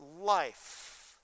life